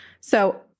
So-